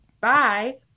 bye